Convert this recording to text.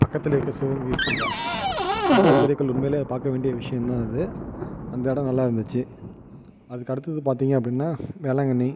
பக்கத்தில் இருக்கிற சிவகங்கை பூங்கா தஞ்சாவூர் பெரிய கோயில் உண்மையிலே பார்க்க வேண்டிய விஷயம்தான் அது அந்த இடம் நல்ல இருந்துச்சு அதுக்கு அடுத்தது பார்த்திங்க அப்படின்னா வேளாங்கண்ணி